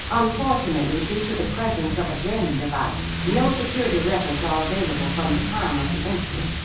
unfortunately due to the presence of a jamming device, no security records are available from the time of the incident.